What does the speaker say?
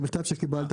המכתב שקיבלת